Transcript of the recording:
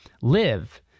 live